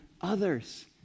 others